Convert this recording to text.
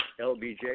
LBJ